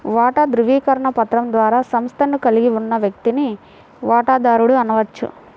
వాటా ధృవీకరణ పత్రం ద్వారా సంస్థను కలిగి ఉన్న వ్యక్తిని వాటాదారుడు అనవచ్చు